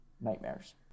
nightmares